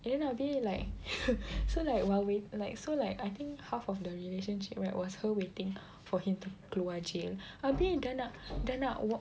then abeh like so like while wait so like I think like half of the relationship right was her waiting for him to keluar jail abeh dah nak dah nak